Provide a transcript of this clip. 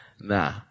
nah